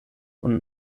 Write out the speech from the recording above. und